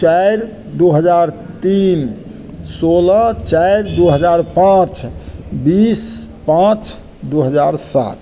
चारि दू हजार तीन सोलह चारि दू हजार पाँच बीस पाँच दू हजार सात